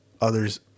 others